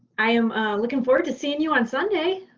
i am looking forward to seeing you on sunday!